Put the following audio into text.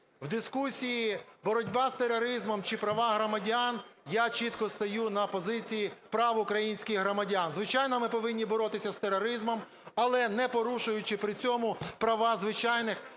в дискусії боротьба з тероризмом чи права громадян я чітко стою на позиції прав українських громадян. Звичайно, ми повинні боротися з тероризмом, але не порушуючи при цьому права звичайних громадян